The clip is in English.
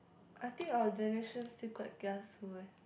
I think our generation still quite kiasu eh